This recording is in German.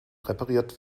repariert